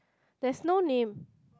there's no name